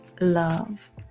love